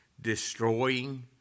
destroying